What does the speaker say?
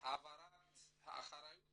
העברת האחריות